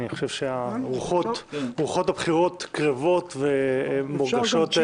אני חושב שרוחות הבחירות קרבות ומורגשות,